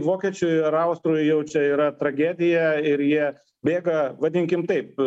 vokiečiui ar austrui jau čia yra tragedija ir jie bėga vadinkim taip